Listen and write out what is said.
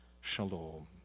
shalom